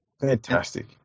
Fantastic